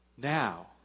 Now